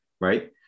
right